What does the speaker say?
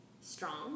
strong